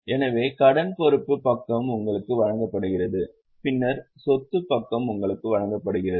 எனவே கடன் பொறுப்புப் பக்கம் உங்களுக்கு வழங்கப்படுகிறது பின்னர் சொத்துப் பக்கம் உங்களுக்கு வழங்கப்படுகிறது